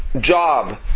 job